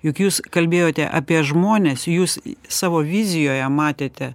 juk jūs kalbėjote apie žmones jūs savo vizijoje matėte